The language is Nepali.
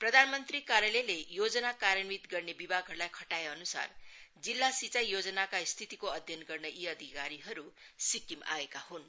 प्रधानमन्त्री कार्यालयले योजना कार्यान्वित गर्ने विभागहरूलाई खटाएअन्सार जिल्ला सिँचाई योजनाका स्थितिको अध्ययण गर्ने यी अधिकारीहरू सिक्किम आएका हन्